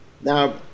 Now